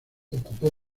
ocupó